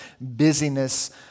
busyness